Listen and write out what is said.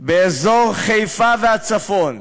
באזור חיפה והצפון,